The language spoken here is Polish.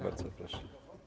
Bardzo proszę.